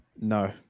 No